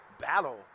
battle